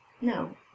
No